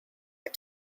had